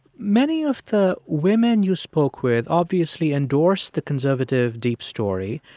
many of the women you spoke with obviously endorsed the conservative deep story,